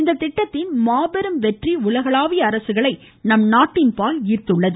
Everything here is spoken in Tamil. இந்த திட்டத்தின் மாபெரும் வெற்றி உலகளாவிய அரசுகளை நம் நாட்டின்பால் ஈர்த்துள்ளது